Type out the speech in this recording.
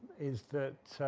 is that,